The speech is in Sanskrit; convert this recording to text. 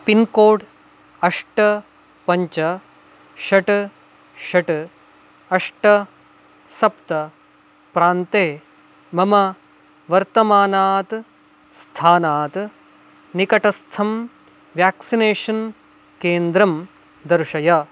पिन् कोड् अष्ट पञ्च षट् षट् अष्ट सप्त प्रान्ते मम वर्तमानात् स्थानात् निकटस्थं वेक्सिनेशन् केन्द्रं दर्शय